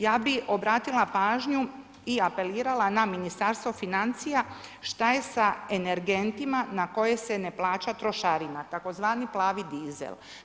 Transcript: Ja bi obratila pažnju i apelirala na Ministarstvo financija šta je sa energentima na koje se ne plaća trošarina, tzv. plavi dizel.